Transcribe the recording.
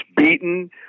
beaten